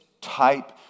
type